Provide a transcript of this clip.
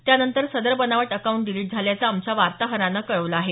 त्यानंतर सदर बनावट अकाउंट डिलीट झाल्याचं आमच्या वार्ताहरानं कळवलं आहे